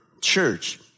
church